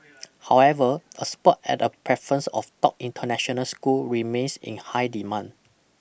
however a spot at a preference of top international school remains in high demand